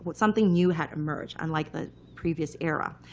but something new had emerged, unlike the previous era.